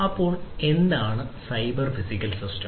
അപ്പോൾ എന്താണ് cyber physical system